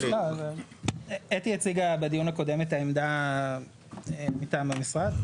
אתי הציגה בדיון הקודם את העמדה מטעם המשרד,